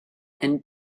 and